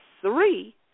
three